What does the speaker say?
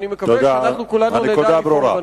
אני מקווה שאנחנו כולנו נדע לפעול בנושא.